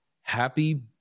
happy